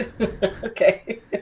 Okay